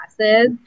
classes